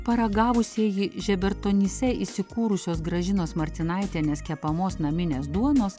paragavusieji žebertonyse įsikūrusios gražinos martinaitienės kepamos naminės duonos